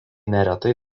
neretai